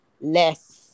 less